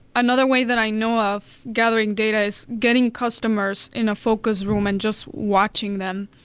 another way that i know of gathering data is getting customers in a focus room and just watching them.